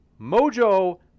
Mojo